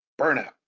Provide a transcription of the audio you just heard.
Burnout